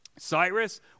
Cyrus